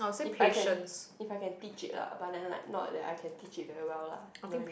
if I can if I can teach it lah but then not like I can teach it very well lah you know what I mean